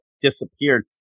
disappeared